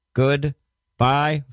goodbye